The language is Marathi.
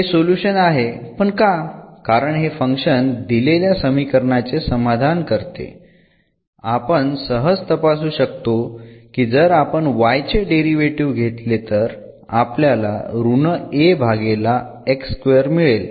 हे सोल्युशन आहे पण का कारण हे फंक्शन दिलेल्या समीकरणाचे समाधान करते आपण सजच तपासू शकतो की जर आपण y चे डेरिव्हेटीव्ह घेतले तर आपल्याला ऋण A भागेला मिळेल